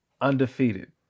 undefeated